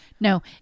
No